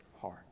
Heart